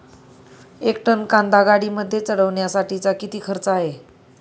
एक टन कांदा गाडीमध्ये चढवण्यासाठीचा किती खर्च आहे?